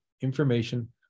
information